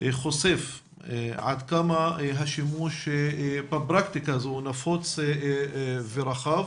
חושף עד כמה השימוש בפרקטיקה הזו נפוץ ורחב,